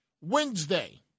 Wednesday